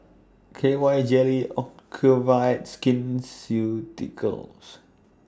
K Y Jelly Ocuvite Skin Ceuticals